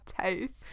taste